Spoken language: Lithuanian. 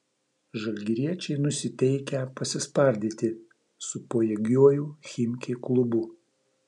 žalgiriečiai nusiteikę pasispardyti su pajėgiuoju chimki klubu